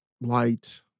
light